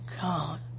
God